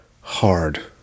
hard